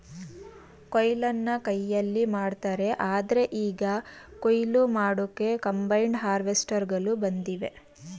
ಕೊಯ್ಲನ್ನ ಕೈಯಲ್ಲಿ ಮಾಡ್ತಾರೆ ಆದ್ರೆ ಈಗ ಕುಯ್ಲು ಮಾಡೋಕೆ ಕಂಬೈನ್ಡ್ ಹಾರ್ವೆಸ್ಟರ್ಗಳು ಬಂದಿವೆ